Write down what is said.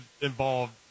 involved